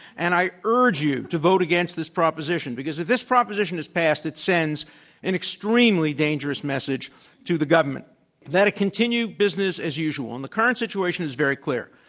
and i urge you to vote against this proposition, because if this proposition is passed, it sends an extremely dangerous message to the government that it continue business as usual. and the current situation is very clear.